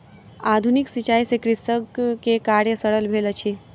आधुनिक सिचाई से कृषक के कार्य सरल भेल अछि